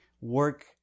work